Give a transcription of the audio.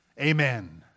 Amen